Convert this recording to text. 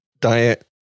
diet